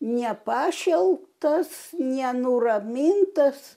ne aš jau tas nenuramintas